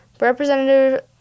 Representative